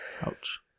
Ouch